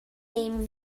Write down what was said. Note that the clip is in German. nehmen